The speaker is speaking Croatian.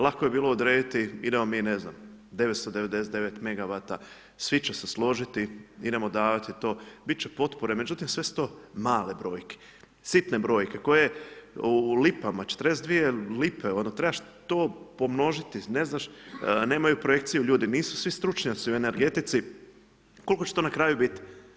Lako je bilo odrediti idemo mi 999 megawata svi će se složiti idemo davati to, bit će potpore, međutim sve su to male brojke, sitne brojke koje u lipama 42 lipe, trebaš to pomnožiti, nemaju projekciju ljudi, nisu svi stručnjaci u energetici koliko će to na kraju biti?